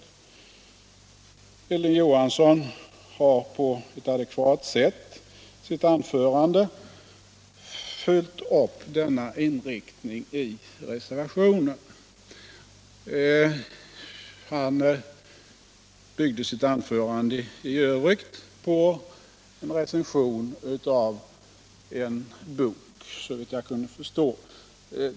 Hilding Johansson har på ett adekvat sätt i sitt anförande följt upp denna inriktning i reservationen. Han byggde sitt anförande i övrigt på en recension av en bok, såvitt jag kunde förstå.